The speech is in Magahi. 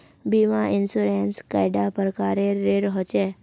बीमा इंश्योरेंस कैडा प्रकारेर रेर होचे